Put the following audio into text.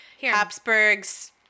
Habsburgs